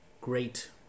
...great